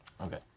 Okay